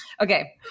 Okay